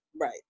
Right